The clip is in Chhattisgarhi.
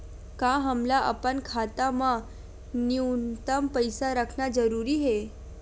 का हमला अपन खाता मा न्यूनतम पईसा रखना जरूरी हे?